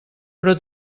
però